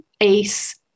Ace